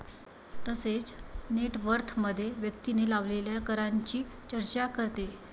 तसेच नेट वर्थमध्ये व्यक्तीने लावलेल्या करांची चर्चा करते